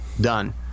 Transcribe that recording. Done